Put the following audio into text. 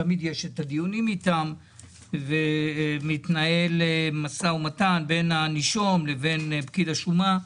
תמיד יש את הדיונים איתם ומתנהל מו"מ בין הנישום לבין פקיד השומה.